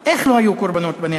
איך לא היו קורבנות בנפש?